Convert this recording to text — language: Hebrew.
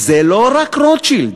זה לא רק רוטשילד,